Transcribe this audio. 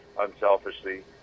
unselfishly